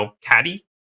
caddy